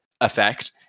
effect